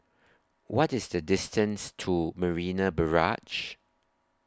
What IS The distance to Marina Barrage